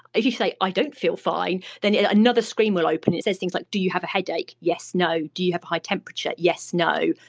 if you say i don't feel fine then another screen will open, it says things like do you have a headache yes, no do you have a high temperature yes, no.